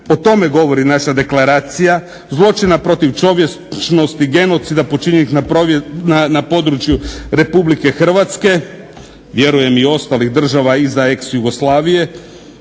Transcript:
O tome govori naša deklaracija. Zločina protiv čovječnosti, genocida počinjenih na području Republike Hrvatske. Vjerujem i ostalih država iza ex Jugoslavije.